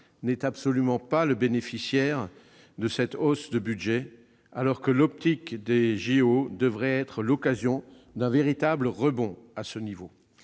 n'est absolument pas le bénéficiaire de cette hausse du budget, alors que la perspective des JO devrait être l'occasion d'un véritable rebond dans ce